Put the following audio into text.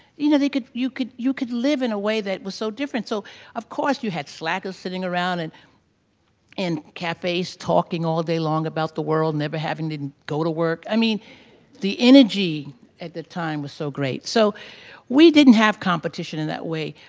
you know, they could you could. live in a way that was so different. so of course you had slackers sitting around and in cafes talking all day long about the world, never having didn't go to work. i mean the energy at the time was so great. so we didn't have competition in that way.